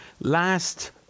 last